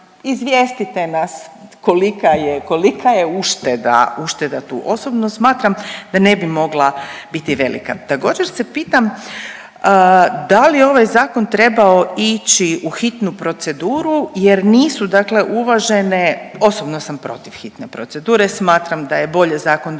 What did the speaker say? izvijestite nas kolika je, kolika je ušteda, ušteda tu. Osobno smatram da ne bi mogla biti velika. Također se pitam da li je ovaj zakon trebao ići u hitnu proceduru jer nisu dakle uvažene, osobno sam protiv hitne procedure, smatram da je bolje zakon donijeti